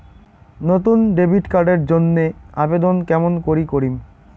নতুন debit card এর জন্যে আবেদন কেমন করি করিম?